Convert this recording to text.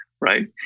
Right